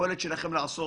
שהיכולת שלכם לעשות